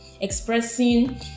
expressing